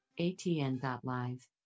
ATN.Live